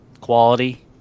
quality